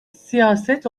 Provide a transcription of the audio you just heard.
siyaset